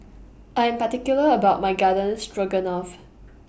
I'm particular about My Garden Stroganoff